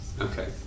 Okay